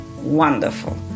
wonderful